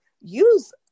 use